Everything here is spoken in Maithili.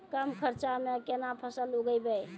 कम खर्चा म केना फसल उगैबै?